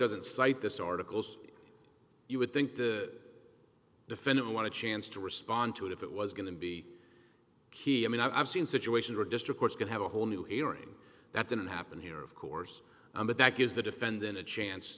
doesn't cite this articles you would think the defendant want to chance to respond to it if it was going to be key i mean i've seen situations where district courts could have a whole new hearing that didn't happen here of course i'm but that gives the defendant a chance